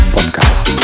Podcast